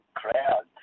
crowd